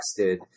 texted